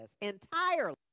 entirely